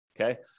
okay